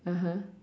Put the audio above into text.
(uh huh)